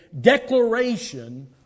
declaration